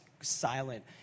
silent